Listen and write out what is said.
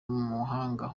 umuhanga